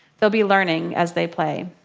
they'll be learning as they play.